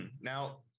Now